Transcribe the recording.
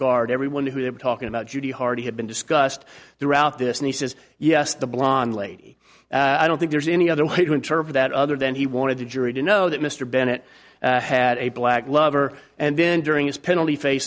guard everyone who were talking about judy hardy had been discussed throughout this and he says yes the blonde lady i don't think there's any other way to interpret that other than he wanted the jury to know that mr bennet had a black lover and then during his penalty phase